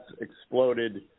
exploded